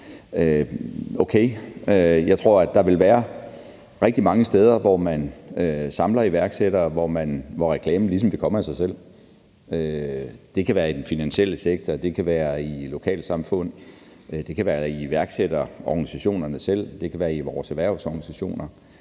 okay, jeg tror, der vil være rigtig mange steder, hvor man samler iværksættere, hvor reklamen ligesom vil komme af sig selv. Det kan være i den finansielle sektor; det kan være i lokalsamfund; det kan være i iværksætterorganisationerne selv; det kan være i vores erhvervsorganisationer.